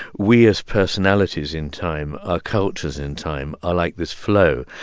we, as personalities in time or cultures in time, are like this flow.